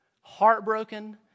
heartbroken